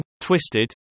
Twisted